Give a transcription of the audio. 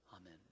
Amen